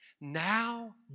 now